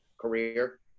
career